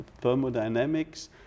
thermodynamics